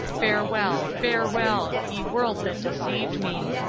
farewell! farewell! ye world that deceived me!